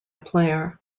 player